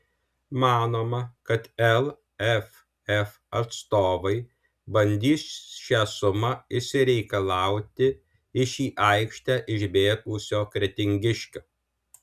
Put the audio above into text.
manoma kad lff atstovai bandys šią sumą išsireikalauti iš į aikštę išbėgusio kretingiškio